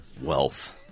Wealth